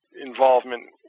involvement